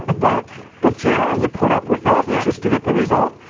but but you know you put up with that yeah just to get the result,